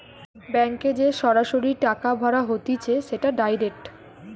ব্যাংকে যে সরাসরি টাকা ভরা হতিছে সেটা ডাইরেক্ট